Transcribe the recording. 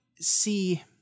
see